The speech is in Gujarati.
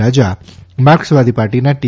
રાજા માર્કસવાદી પાર્ટીના ટી